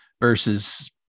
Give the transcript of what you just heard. versus